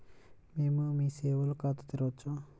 మేము మీ సేవలో ఖాతా తెరవవచ్చా?